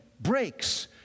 breaks